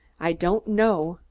i don't know,